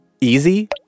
easy